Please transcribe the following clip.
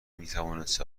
میتوانست